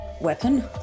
weapon